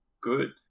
good